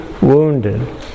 wounded